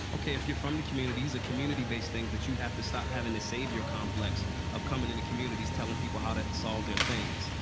okay, if you're from the communities, a community-based thing that you have to stop having this savior complex of coming into communities, telling people how to solve their things.